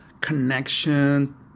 connection